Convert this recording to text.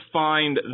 find